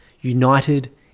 united